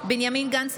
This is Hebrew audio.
בנימין גנץ,